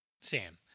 sam